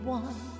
one